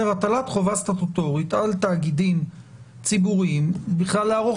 הטלת חובה סטטוטורית על תאגידים ציבוריים בכלל לערוך